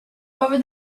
over